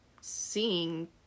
seeing